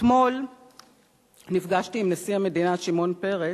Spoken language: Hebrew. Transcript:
אתמול נפגשתי עם נשיא המדינה שמעון פרס,